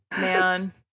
Man